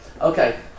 okay